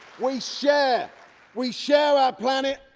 we share we share our planet,